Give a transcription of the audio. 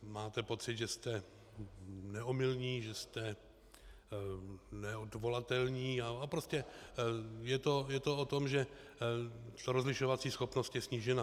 Máte pocit, že jste neomylní, že jste neodvolatelní, prostě je to o tom, že ta rozlišovací schopnost je snížena.